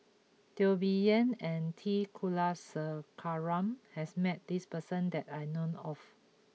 Teo Bee Yen and T Kulasekaram has met this person that I know of